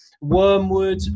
wormwood